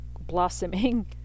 blossoming